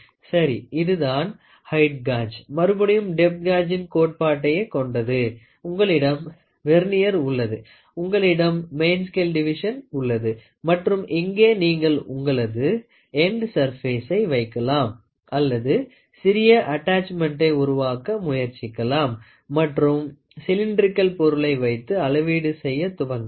சரி இதுதான் height gauge மறுபடியும் டெப்த் காஜ்ஜின் கோட்பாட்டையே கொண்டது உங்களிடம் வெர்னியர் உள்ளது உங்களிடம் மெயின் ஸ்கேல் டிவிஷன் உள்ளது மற்றும் இங்கே நீங்கள் உங்களது எண்டு சர்பேசை வைக்கலாம் அல்லது சிறிய அட்டாச்மெண்ட்டை உருவாக்க முயற்சிக்கலாம் மற்றும் சிலிண்ட்ரிக்கல் பொருளை வைத்து அளவீடு செய்ய துவங்கலாம்